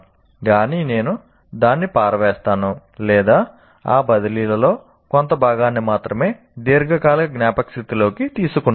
గాని నేను దాన్ని పారవేస్తాను లేదా ఆ బదిలీలో కొంత భాగాన్ని మాత్రమే దీర్ఘకాలిక జ్ఞాపకశక్తిలోకి తీసుకుంటాను